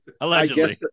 Allegedly